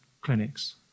clinics